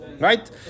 Right